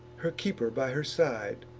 her keeper by her side,